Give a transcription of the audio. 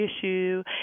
issue